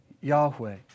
Yahweh